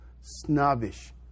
snobbish